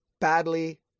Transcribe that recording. badly